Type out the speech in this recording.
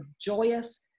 joyous